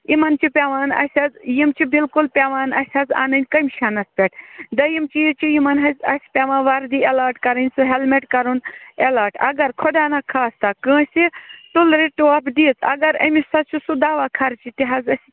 یِمَن چھُ پیٚوان اَسہِ حظ یِم چھِ بِلکُل پیٚوان اَسہِ حظ اَنٕنۍ کٔمِشَنَس پیٚٹھ دوٚیِم چیٖز چھِ یِمَن حظ اَسہِ پیٚوان وردی ایٚلاٹ کَرٕنۍ سُہ ہیٚلمِٹ کَرُن ایٚلاٹ اگر خۄدا نا خاستاہ کٲنٛسہِ تُلرِ ٹۄپھ دِژ اگر أمِس حظ چھُ سُہ دَوا خرچہٕ تہٕ حظ أسی